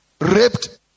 raped